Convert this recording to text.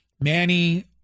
Manny